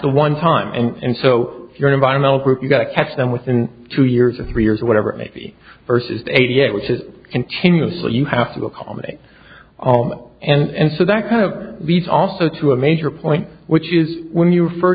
the one time and so you're an environmental group you've got to catch them within two years of three years or whatever it maybe versus eighty eight which is continuously you have to accommodate all and so that kind of leads also to a major point which is when you refer